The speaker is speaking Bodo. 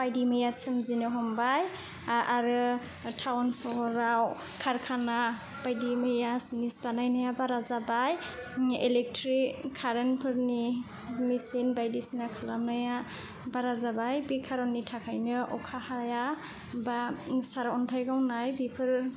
बायदिमैया सोमजिनो हमबाय आरो टाउन सहराव खारखाना बायदिमैया जिनिस बानायनाया बारा जाबाय इलेक्ट्रिक कारेन्ट फोरनि मेचिन बायदिसिना खालामनाया बारा जाबाय बे खारननि थाखायनो अखा हाया एबा सारन्थाइ गावनाय बेफोर